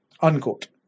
Unquote